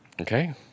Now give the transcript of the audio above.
Okay